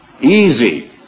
easy